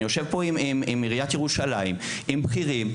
אני יושב פה עם עיריית ירושלים, עם בכירים,